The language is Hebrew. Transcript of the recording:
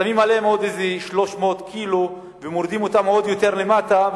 שמים עליהם עוד 300 קילו ומורידים אותם עוד יותר למטה,